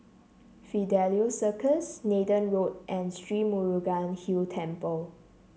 Fidelio Circus Nathan Road and Sri Murugan Hill Temple